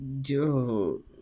Dude